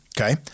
Okay